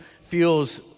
feels